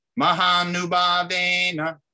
Mahanubhavena